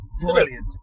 brilliant